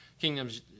kingdoms